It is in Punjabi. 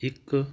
ਇੱਕ